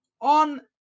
on